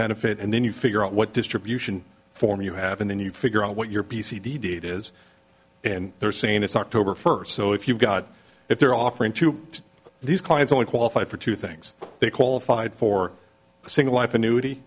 benefit and then you figure out what distribution form you have and then you figure out what your p c the date is and they're saying it's october first so if you've got if they're offering to these clients only qualified for two things they qualified for a single life